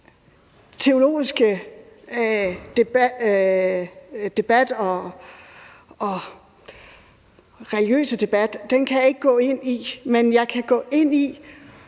den teologiske debat og religiøse debat kan jeg ikke gå ind i. Men jeg kan gå ind i,